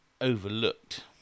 overlooked